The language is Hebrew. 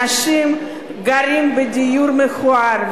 אנשים גרים בדיור מכוער,